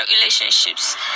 relationships